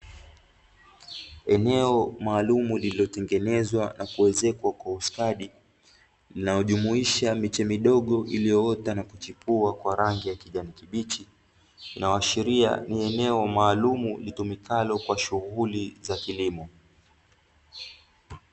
Eneo maalumu iliyotengenezwa na kuwezekwa kwa ustadi na hujumuisha miche midogo iliyoota na kuchepuo kwa rangi ya kijani kibichi, inayoashiria ni eneo maalumu itumikayo kwa shughuli za kilimo.